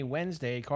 Wednesday